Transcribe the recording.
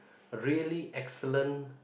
really excellent